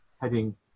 heading